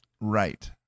Right